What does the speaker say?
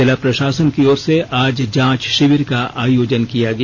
जिला प्रशासान की ओर से आज जांच शिविर का आयोजन किया गया